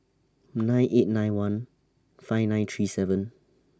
nine eight nine one five nine three seven